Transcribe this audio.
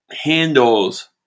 handles